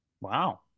Wow